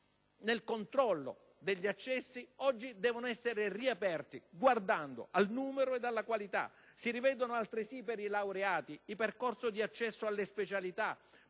nel controllo degli accessi devono essere riaperte guardando al numero ed alla qualità. Si rivedano, altresì per i laureati i percorsi di accesso alle specialità,